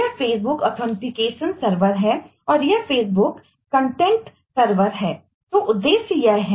यह एक और उदाहरण है